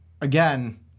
again